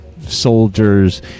soldiers